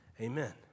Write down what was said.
Amen